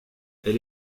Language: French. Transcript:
elle